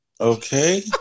Okay